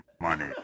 money